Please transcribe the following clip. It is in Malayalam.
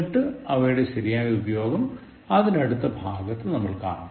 എന്നിട്ട് അവയുടെ ശരിയായ ഉപയോഗം അതിനടുത്ത ഭാഗത്ത് നമ്മൾ കാണും